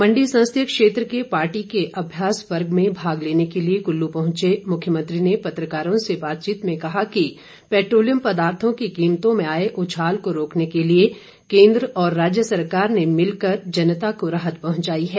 मण्डी संसदीय क्षेत्र के पार्टी के अभ्यास वर्ग में भाग लेने के लिए कुल्लू पहुंचे मुख्यमंत्री ने पत्रकारों से बातचीत में कहा कि पैट्रोलियम पदार्थों की कीमतों में आए उछाल को रोकने के लिए केन्द्र और राज्य सरकार ने मिलकर जनता को राहत पहुंचाई है